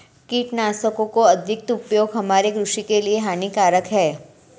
कीटनाशकों का अत्यधिक उपयोग हमारे कृषि के लिए हानिकारक है